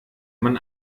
man